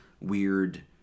weird